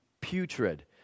putrid